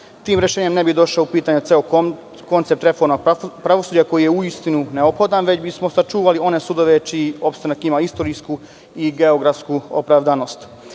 Tim rešenjem ne bi došao u pitanje ceo koncept reforme pravosuđa, koji je, uistinu, neophodan, već bismo sačuvali one sudove čiji opstanak ima istorijsku i geografsku opravdanost. Mi,